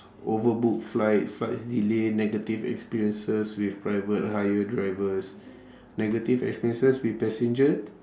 overbooked flights flights delay negative experiences with private hire drivers negative experiences with passenger